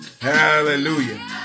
Hallelujah